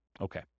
Okay